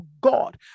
God